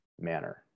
manner